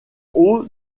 haut